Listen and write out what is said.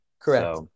correct